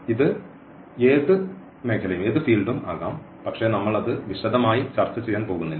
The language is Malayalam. ഇത് ഏത് മേഖലയും ആകാം പക്ഷേ നമ്മൾ അത് വിശദമായി ചർച്ച ചെയ്യാൻ പോകുന്നില്ല